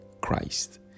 Christ